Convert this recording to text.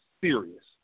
serious